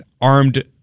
armed